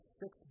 six